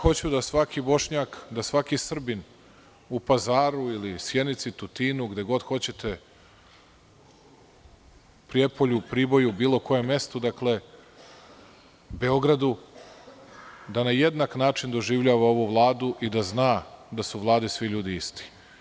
Hoću da svaki Bošnjak, da svaki Srbin u Pazaru ili Sjenici, Tutinu, gde god hoćete, Prijepolju, Priboju, bilo kom mestu, dakle, Beogradu, da na jednak način doživljava ovu vladu i da zna da su u Vladi svi ljudi isti.